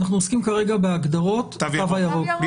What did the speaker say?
אנחנו עוסקים כרגע בהגדרות התו הירוק,